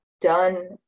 done